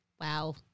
Wow